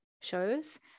shows